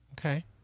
Okay